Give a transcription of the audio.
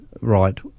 right